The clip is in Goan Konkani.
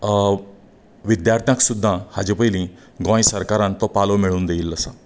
विद्यार्थ्यांक सुद्दां हाजे पयलीं गोंय सरकारान तो पालोव मेळून दिल्लो आसा